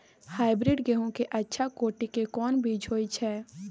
Hybrid गेहूं के अच्छा कोटि के कोन बीज होय छै?